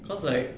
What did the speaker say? cause like